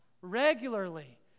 regularly